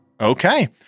Okay